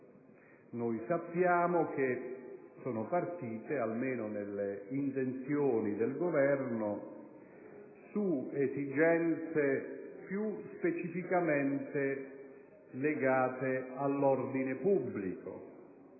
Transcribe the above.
che tali misure sono partite, almeno nelle intenzioni del Governo, da esigenze più specificamente legate all'ordine pubblico,